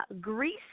Greece